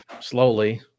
slowly